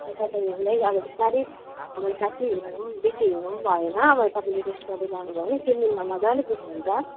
यता चाहिँ हिँड्दै अब बिस्तारै अब यता हिँड्नु बेसी हिँड्नु भएन अब तपाईँले रेस्ट गर्दै जानु भयो भने तिन दिनमा मजाले पुग्नु हुन्छ